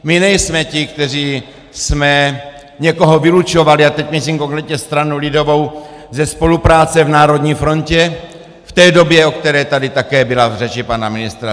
My nejsme ti, kteří jsme někoho vylučovali a teď myslím konkrétně stranu lidovou ze spolupráce v Národní frontě v té době, o které tady také byla řeč pana ministra.